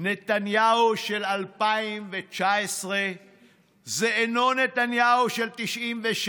נתניהו של 2019 אינו נתניהו של 1996,